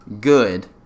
good